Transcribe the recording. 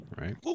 right